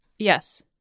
Yes